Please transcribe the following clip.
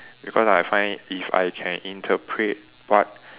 because I find it if I can interpret what